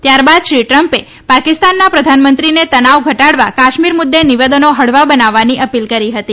ત્યારબાદ શ્રી ટ્રમ્પે પાકિસ્તાનના પ્રધાનમંત્રીને તનાવ ઘટાડવા કાશ્મીર મુદ્દે નિવેદનો હળવા બનાવવાની અપીલ કરી હતી